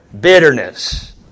bitterness